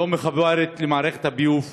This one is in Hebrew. לא מחוברת למערכת הביוב,